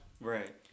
right